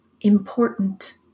important